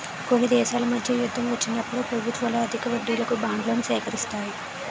కొన్ని దేశాల మధ్య యుద్ధం వచ్చినప్పుడు ప్రభుత్వాలు అధిక వడ్డీలకు బాండ్లను సేకరిస్తాయి